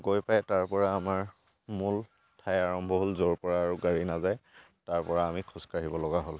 গৈ পাই তাৰপৰা আমাৰ মূল ঠাই আৰম্ভ হ'ল য'ৰপৰা আৰু গাড়ী নাযায় তাৰপৰা আমি খোজ কাঢ়িবলগা হ'ল